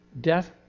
Death